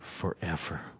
forever